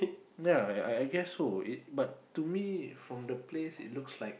ya I I I guess so it but to me from the place it looks like